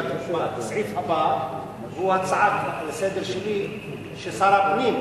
הסעיף הבא הוא הצעה שלי לסדר-היום לשר הפנים,